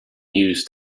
news